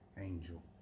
angel